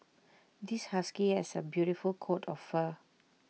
this husky has A beautiful coat of fur